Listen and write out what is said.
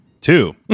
two